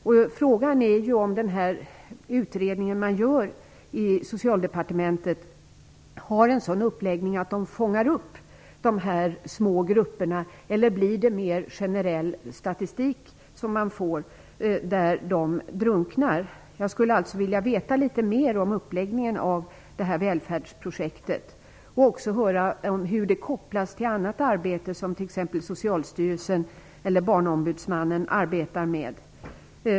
Frågan är om den utredning som görs i Socialdepartementet har en sådan uppläggning att dessa små grupper fångas upp. Eller kommer man att få en mer generell statistik där dessa grupper drunknar? Jag skulle alltså vilja veta litet mer om uppläggningen av detta välfärdsprojekt och också höra hur det kopplas till annat arbete som t.ex. Socialstyrelsen eller Barnombudsmannen sysslar med.